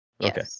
Okay